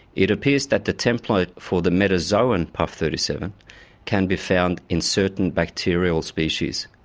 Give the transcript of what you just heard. it appears that the template for the metazoan puff thirty seven can be found in certain bacterial species,